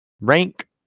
rank